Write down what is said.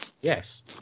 Yes